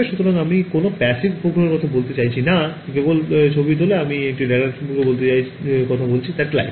সুতরাং আমি কোনও প্যাসিভ উপগ্রহের কথা বলছি না যা কেবল ছবি তোলে আমি একটি রাডার সম্পর্কে কথা বলছি স্যাটেলাইট